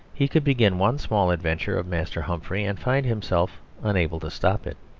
he could begin one small adventure of master humphrey and find himself unable to stop it.